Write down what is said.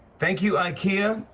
thank you, ikea,